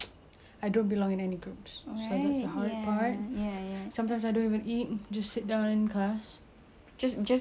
I don't belong in any groups so that's a hard part sometimes I don't even eat just sit down in class just just